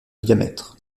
diamètre